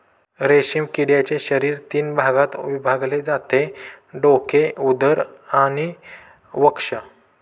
रेशीम किड्याचे शरीर तीन भागात विभागले जाते डोके, उदर आणि वक्ष